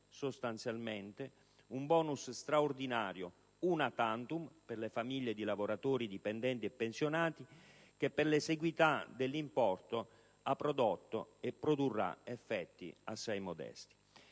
sostanzialmente in un *bonus* straordinario, *una tantum*, per le famiglie di lavoratori dipendenti e pensionati, che per l'esiguità dell'importo ha prodotto e produrrà effetti assai modesti.